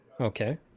okay